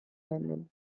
london